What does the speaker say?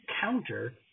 counter